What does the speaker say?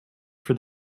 for